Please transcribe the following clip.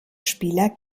spieler